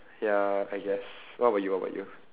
ya I guess what about you what about you